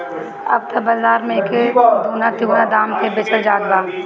अब त बाज़ार में एके दूना तिगुना दाम पे बेचल जात बा